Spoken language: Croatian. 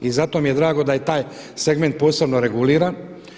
I zato mi je drago ga je i taj segment posebno reguliran.